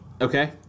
Okay